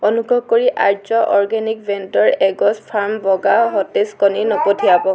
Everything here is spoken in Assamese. অনুগ্ৰহ কৰি আৰ্য্য় অৰ্গেনিক ব্ৰেণ্ডৰ এগ'জ ফাৰ্ম বগা সতেজ কণী নপঠিয়াব